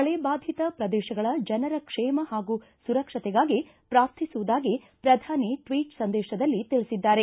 ಮಳೆ ಬಾಧಿತ ಪ್ರದೇಶಗಳ ಜನರ ಕ್ಷೇಮ ಹಾಗೂ ಸುರಕ್ಷತೆಗಾಗಿ ಪ್ರಾರ್ಥಿಸುವುದಾಗಿ ಶ್ರಧಾನಿ ಟ್ವೀಟ್ ಸಂದೇಶದಲ್ಲಿ ತಿಳಿಸಿದ್ದಾರೆ